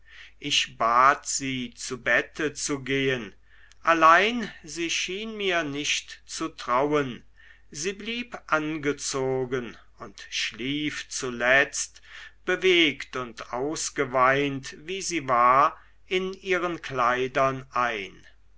ich bat sie zu bette zu gehen allein sie schien mir nicht zu trauen sie blieb angezogen und schlief zuletzt bewegt und ausgeweint wie sie war in ihren kleidern ein